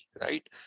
right